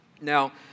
Now